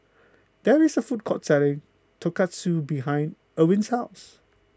there is a food court selling Tonkatsu behind Erin's house